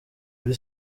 kuri